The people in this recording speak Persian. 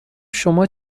شما